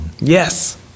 Yes